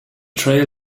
trail